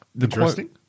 Interesting